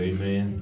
Amen